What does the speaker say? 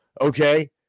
Okay